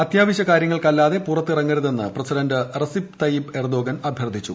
അത്യാവശ്യ കാര്യങ്ങൾക്കല്ലാതെ പുറത്തിറങ്ങരുതെന്ന് പ്രസിഡന്റ് റസിപ് തയ്യിപ് എർദോഗൻ അഭ്യർത്ഥിച്ചു